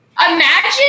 Imagine